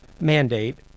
mandate